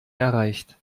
erreicht